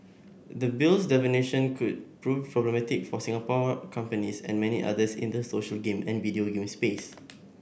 the Bill's definitions could prove problematic for Singapore companies and many others in the social game and video game space